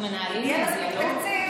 אנחנו מנהלים כאן דיאלוג?